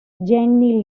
jenny